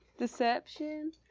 Deception